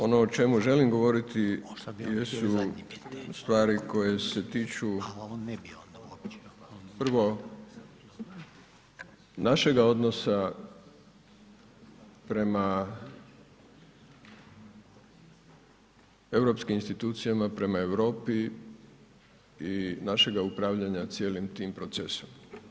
Ono o čemu želim govoriti jesu stvari koje se tiču prvo našega odnosa prema europskim institucijama, prema Europi i našega upravljanja cijelim tim procesom.